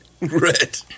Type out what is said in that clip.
Red